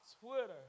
Twitter